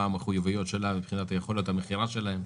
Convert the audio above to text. מה המחויבויות שלה מבחינת המכירה שלהם.